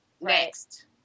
next